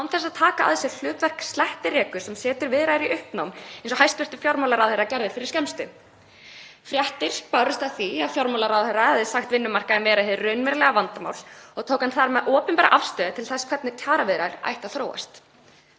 án þess að taka að sér hlutverk slettireku sem setur viðræður í uppnám eins og hæstv. fjármálaráðherra gerði fyrir skemmstu. Fréttir bárust af því að fjármálaráðherra hefði sagt vinnumarkaðinn vera hið raunverulega vandamál og tók hann þar með opinbera afstöðu til þess hvernig kjaraviðræður ættu að þróast.